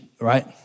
right